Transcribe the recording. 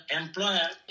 employer